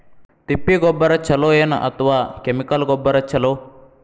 ತಿಪ್ಪಿ ಗೊಬ್ಬರ ಛಲೋ ಏನ್ ಅಥವಾ ಕೆಮಿಕಲ್ ಗೊಬ್ಬರ ಛಲೋ?